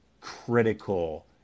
critical